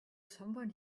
someone